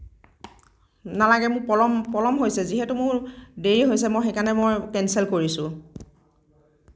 নালাগে মোক পলম পলম হৈছে যিহেতু মোৰ দেৰি হৈছে মই সেই কাৰণে মই কেঞ্চেল কৰিছোঁ